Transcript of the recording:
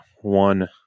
one